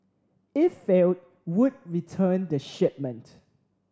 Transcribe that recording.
if failed would return the shipment